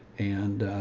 and,